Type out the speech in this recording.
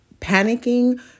panicking